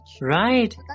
Right